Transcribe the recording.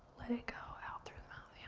let it go out through the mouth,